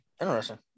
Interesting